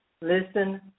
listen